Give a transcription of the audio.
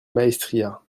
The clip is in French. maestria